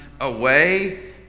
away